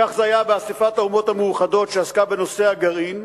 כך זה היה באספת האומות המאוחדות שעסקה בנושא הגרעין,